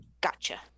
Gotcha